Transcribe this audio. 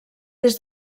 des